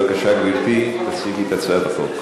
בבקשה, גברתי, תציגי את הצעת החוק.